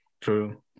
true